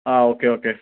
ആ okay okay